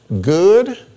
good